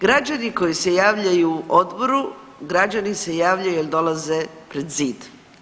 Građani koji se javljaju odboru, građani se javljaju jer dolaze pred zid.